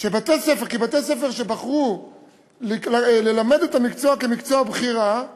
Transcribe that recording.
כי בתי-ספר שבחרו ללמד את המקצוע כמקצוע בחירה,